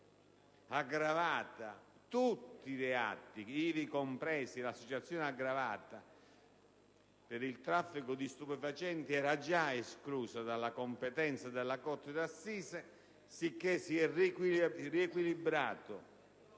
l'associazione aggravata (il traffico di stupefacenti era già escluso dalla competenza della corte d'assise). Dunque, si è riequilibrato